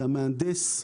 זה המהנדס.